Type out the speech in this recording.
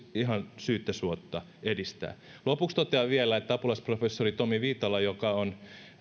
ihan syyttä suotta edistää lopuksi totean vielä että apulaisprofessori tomi viitala joka on